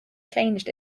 changed